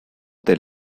their